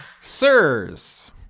Sirs